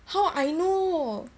how I know it still had like